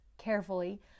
carefully